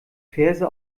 verse